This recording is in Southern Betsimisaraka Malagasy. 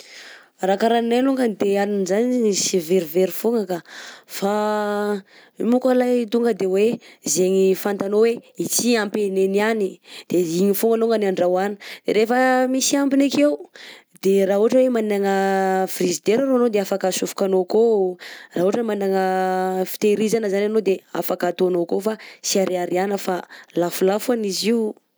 Raha kara anay alongany hanina zany tsy verivery fogna ka fa io moko alay tonga de hoe zegny fantanao hoe ity ampy aneh niany de igny fogna alongany andrahoana ,rehefa misy ambiny akeo de raha ohatra hoe managna frizidera arao anao de afaka atsofoka anao akao, raha ohatra hoe managna fitehirizana zany anao de afaka ataonao akao fa tsy ariariana fa lafolafo an'ny izy io.